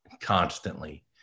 constantly